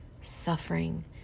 suffering